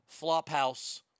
Flophouse